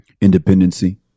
independency